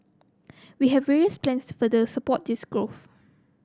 we have various plans further support this growth